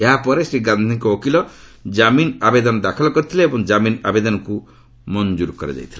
ଏହା ପରେ ଶ୍ରୀ ଗାନ୍ଧିଙ୍କ ଓକିଲ ଜାମିନ୍ ଆବେଦନ ଦାଖଲ କରିଥିଲେ ଏବଂ ଜାମିନ୍ ଆବେଦନକ୍ର ମଞ୍ଜର କରାଯାଇଥିଲା